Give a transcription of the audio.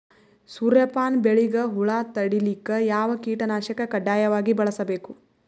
ಸೂರ್ಯಪಾನ ಬೆಳಿಗ ಹುಳ ತಡಿಲಿಕ ಯಾವ ಕೀಟನಾಶಕ ಕಡ್ಡಾಯವಾಗಿ ಬಳಸಬೇಕು?